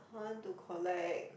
I want to collect